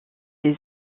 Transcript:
ses